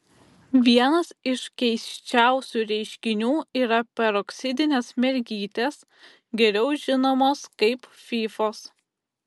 vienas iš keisčiausių reiškinių yra peroksidinės mergytės geriau žinomos kaip fyfos